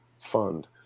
fund